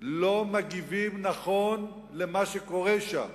לא מגיבים נכון על מה שקורה שם.